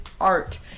art